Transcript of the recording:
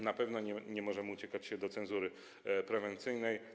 Na pewno nie możemy uciekać się do cenzury prewencyjnej.